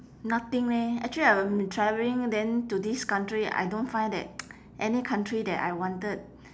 nothing leh actually I'm travelling then to this country I don't find that any country that I wanted